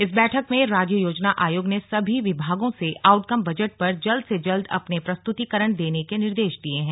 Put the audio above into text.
इस बैठक में राज्य योजना आयोग ने सभी विभागों से आउटकम बजट पर जल्द से जल्द अपने प्रस्तुतिकरण देने के निर्देश दिये हैं